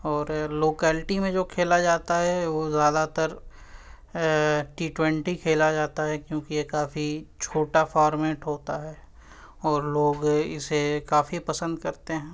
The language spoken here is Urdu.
اور لوکیلٹی میں جو کھیلا جاتا ہے وہ زیادہ تر ٹی ٹونٹی کھیلا جاتا ہے کیونکہ یہ کافی چھوٹا فارمیٹ ہوتا ہے اور لوگ اسے کافی پسند کرتے ہیں